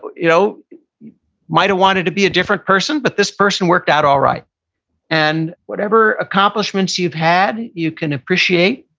you know, you might've wanted to be a different person, but this person worked out all right and whatever accomplishments you've had, you can appreciate,